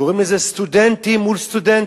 קוראים לזה סטודנטים מול סטודנטים.